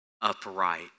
upright